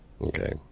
Okay